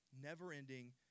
never-ending